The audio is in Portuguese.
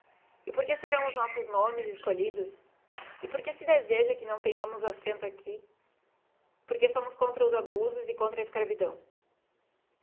porque serão os nossos nomes escolhidos e porque se deseja que não tenhamos assento aqui porque somos contra abusos e contra a escravidão